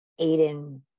Aiden